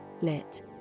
lit